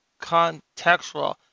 contextual